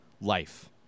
life